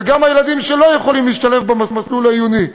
וגם הילדים שלא יכולים להשתלב במסלול העיוני,